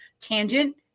tangent